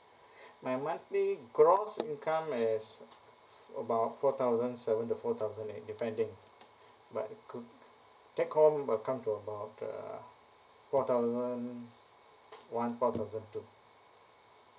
my monthly gross income is about four thousand seven to four thousand eight depending but take home will come to about uh four thousand one four thousand two